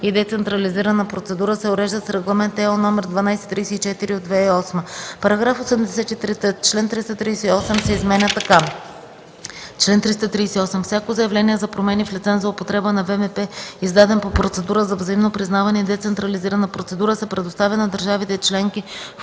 и децентрализирана процедура, се уреждат с Регламент (ЕО) № 1234/2008.” § 83т. Член 338 се изменя така: „Чл. 338. Всяко заявление за промени в лиценз за употреба на ВМП, издаден по процедура за взаимно признаване и децентрализирана процедура, се предоставя на държавите членки,